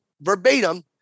verbatim